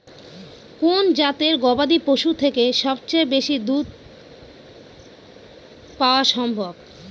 কোন জাতের গবাদী পশু থেকে সবচেয়ে বেশি দুধ পাওয়া সম্ভব?